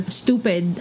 stupid